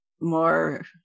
more